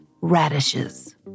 radishes